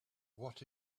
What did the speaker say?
what